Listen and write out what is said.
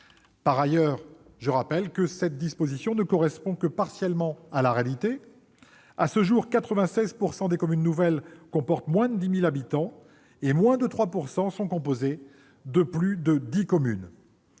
Par ailleurs, cette disposition ne correspond que partiellement à la réalité : à ce jour, 96 % des communes nouvelles comportent moins de 10 000 habitants et moins de 3 % sont composées de plus de 10 communes.